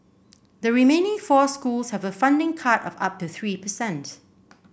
the remaining four schools have a funding cut of up to three per cent